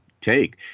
take